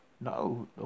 no